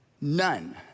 None